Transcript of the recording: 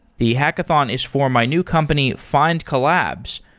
the hackathon is for my new company, findcollabs,